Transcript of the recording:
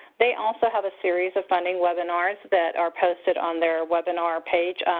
they also have a series of funding webinars that are posted on their webinar page,